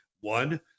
One